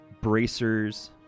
bracers